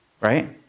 Right